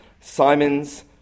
Simon's